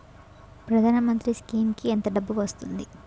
ప్రధాన మంత్రి స్కీమ్స్ కీ ఎంత డబ్బు వస్తుంది?